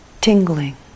tingling